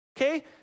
Okay